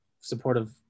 supportive